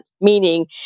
meaning